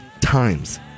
times